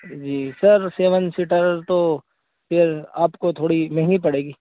جی sir seven seater تو یہ آپ کو تھوڑی مہنگی پڑے گی